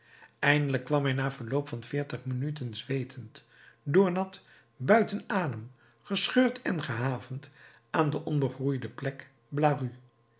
eindelijk kwam hij na verloop van veertig minuten zweetend doornat buiten adem gescheurd en gehavend aan de onbegroeide plek blaru